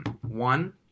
One –